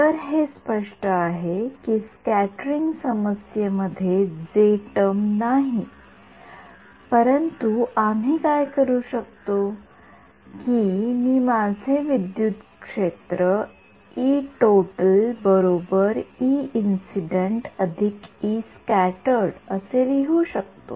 तर हे स्पष्ट आहे की स्क्याटेरिंग समस्ये मध्ये जे टर्म नाही परंतु आम्ही काय करू शकतो की मी माझे विद्युत क्षेत्र असे लिहू शकतो